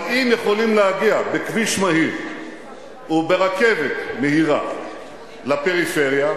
אם יכולים להגיע בכביש מהיר או ברכבת מהירה לפריפריה,